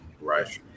Right